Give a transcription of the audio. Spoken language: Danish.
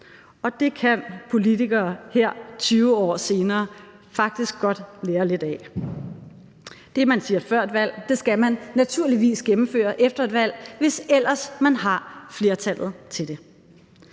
Og det kan politikere her 20 år senere faktisk godt lære lidt af. Det, man siger før et valg, skal man naturligvis gennemføre efter et valg, hvis ellers man har flertallet til det.